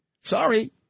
Sorry